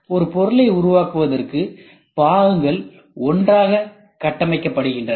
ஒரு பொருளை உருவாக்குவதற்கு பாகங்கள் ஒன்றாக கட்டமைக்கப்படுகின்றன